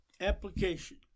application